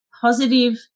positive